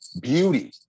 beauty